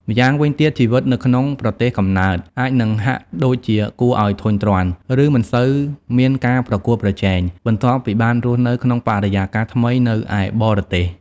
ម្យ៉ាងទៀត ជីវិតនៅក្នុងប្រទេសកំណើតអាចនឹងហាក់ដូចជាគួរឱ្យធុញទ្រាន់ ឬមិនសូវមានការប្រកួតប្រជែង បន្ទាប់ពីបានរស់នៅក្នុងបរិយាកាសថ្មីនៅឯបរទេស។